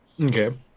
Okay